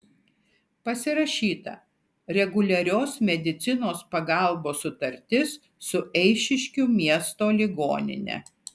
pasirašyta reguliarios medicinos pagalbos sutartis su eišiškių miesto ligonine